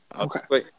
Okay